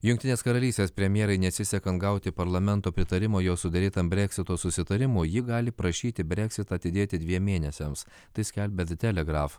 jungtinės karalystės premjerei nesisekant gauti parlamento pritarimo jos suderėtam breksito susitarimo ji gali prašyti breksitą atidėti dviem mėnesiams tai skelbia de telegraf